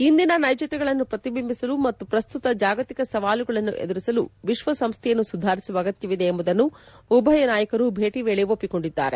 ಇಂದಿನ ನೈಜತೆಗಳನ್ನು ಪ್ರತಿಬಿಂಬಿಸಲು ಮತ್ತು ಪ್ರಸ್ತುತ ಜಾಗತಿಕ ಸವಾಲುಗಳನ್ನು ಎದುರಿಸಲು ವಿಶ್ವ ಸಂಸ್ಥೆಯನ್ನು ಸುಧಾರಿಸುವ ಅಗತ್ಲವಿದೆ ಎಂಬುದನ್ನು ಉಭಯ ನಾಯಕರು ಭೇಟಿ ವೇಳೆ ಒಪ್ಪಿಕೊಂಡಿದ್ದಾರೆ